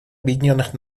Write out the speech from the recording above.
объединенных